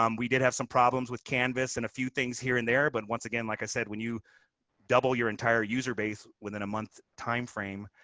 um we did have some problems with canvas and a few things here and there. but once again, again, like i said, when you double your entire user base within a month time frame.